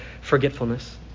forgetfulness